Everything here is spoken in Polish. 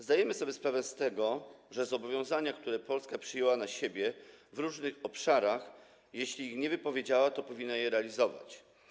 Zdajemy sobie sprawę z tego, że jeżeli chodzi o zobowiązania, które Polska przyjęła na siebie w różnych obszarach, to jeśli Polska ich nie wypowiedziała, to powinna je realizować.